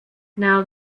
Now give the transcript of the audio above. now